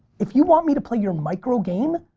if you want me to play your micro game,